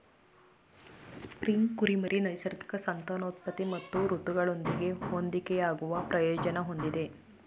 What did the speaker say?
spring ಕುರಿಮರಿ ನೈಸರ್ಗಿಕ ಸಂತಾನೋತ್ಪತ್ತಿ ಮತ್ತು ಋತುಗಳೊಂದಿಗೆ ಹೊಂದಿಕೆಯಾಗುವ ಪ್ರಯೋಜನ ಹೊಂದಿದೆ